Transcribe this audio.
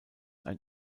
ein